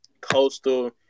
Coastal